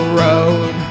road